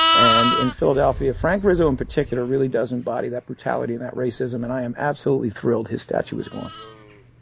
and in philadelphia, frank rizzo in particular really does embody that brutality and that racism. and i am absolutely thrilled his statue is gone.